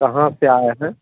कहाँ से आए हैं